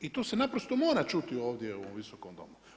I to se naprosto mora čuti ovdje u ovom Visokom domu.